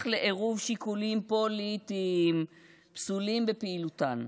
לעירוב שיקולים פוליטיים פסולים בפעילותן.